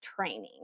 training